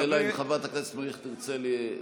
אלא אם כן חברת הכנסת מריח תרצה להשיב,